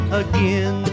again